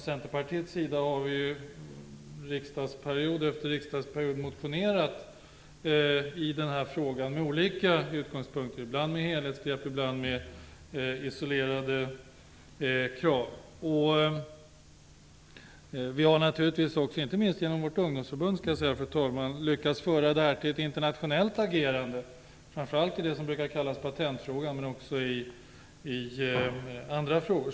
Centerpartiet har riksdagsperiod efter riksdagsperiod motionerat i den här frågan med olika utgångspunkter, ibland med helhetsgrepp, ibland med isolerade krav. Vi har naturligtvis också, inte minst genom vårt ungdomsförbund, lyckats få ett internationellt agerande i denna fråga, framför allt när det gäller det som brukar kallas patentfrågan men också i andra frågor.